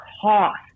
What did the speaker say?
cost